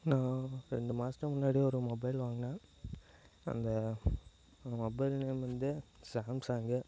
நான் ரெண்டு மாதத்துக்கு முன்னாடி ஒரு மொபைல் வாங்கினேன் அந்த அந்த மொபைல் நேம் வந்து சேம்சேங்கு